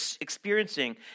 experiencing